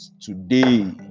today